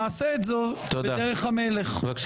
אני מציע לך לכנס את כל סיעתך בבני ברק,